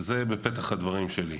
זהו פתח הדברים שלי.